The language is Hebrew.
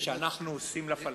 שאנחנו עושים לפלסטינים.